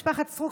משפחת סטרוק,